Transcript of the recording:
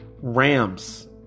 Rams